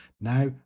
Now